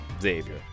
Xavier